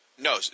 No